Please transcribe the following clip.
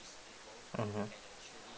mmhmm